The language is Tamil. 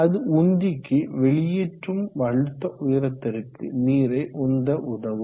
அது உந்திக்கு வெளியேற்றும் அழுத்த உயரத்திற்கு நீரை உந்த உதவும்